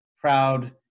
proud